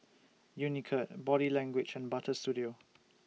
Unicurd Body Language and Butter Studio